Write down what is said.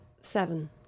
seven